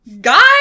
guys